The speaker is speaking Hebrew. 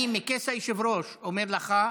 אני מכס היושב-ראש אומר לך: